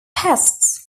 pests